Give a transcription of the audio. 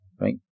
right